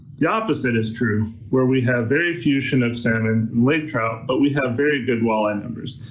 the opposite is true where we have very few chinook salmon and lake trout but we have very good walleye numbers.